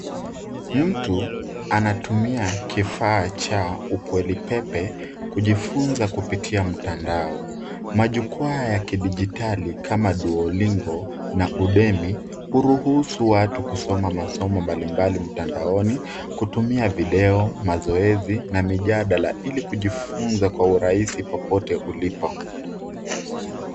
Mtu anatumia kifaa cha ukwelipepe kujifunza kupitia mtandao. Majukwaa ya kidijitali kama duolingo na udemi huruhusu watu kusoma masomo mbalimbali mtandaoni kutumia video, mazoezi na mijadala ili kujifunza kwa urahisi popote ulipo.